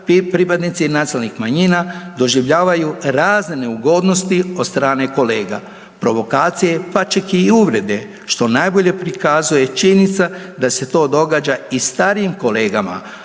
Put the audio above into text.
pripadnici nacionalnih manjina doživljavaju razne neugodnosti od strane kolega, provokacije, pa čak i uvrede, što najbolje prikazuje činjenica da se to događa i starijim kolegama,